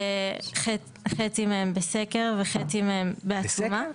חצי מהם בסקר וחצי מהם בעצמם.